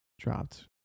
dropped